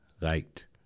liked